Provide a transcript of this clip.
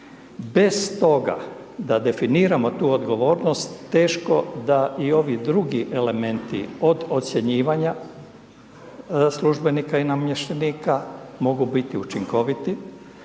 Bez toga da definiramo tu odgovornost, teško da i ovi drugi elementi od ocjenjivanja službenika i namještenika mogu biti učinkoviti